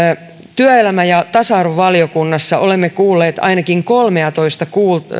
työelämä ja tasa arvovaliokunnassa olemme kuulleet ainakin kolmeatoista